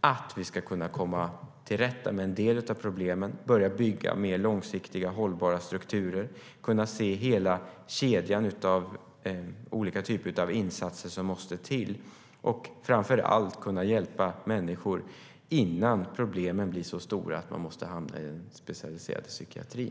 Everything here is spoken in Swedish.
jag att vi ska kunna komma till rätta med en del av problemen, börja bygga mer långsiktiga och hållbara strukturer, kunna se hela kedjan av olika typer av insatser som måste till och framför allt kunna hjälpa människor innan problemen blir så stora att de hamnar i den specialiserade psykiatrin.